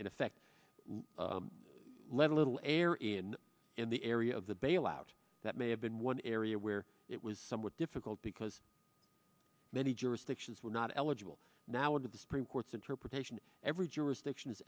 in effect let a little air in in the area of the bailout that may have been one area where it was somewhat difficult because many jurisdictions were not eligible now under the supreme court's interpretation every jurisdiction